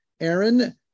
Aaron